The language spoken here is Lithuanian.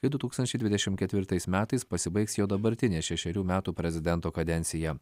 kai du tūkstančiai dvidešimt ketvirtais metais pasibaigs jo dabartinė šešerių metų prezidento kadencija